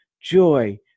joy